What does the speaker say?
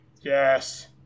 Yes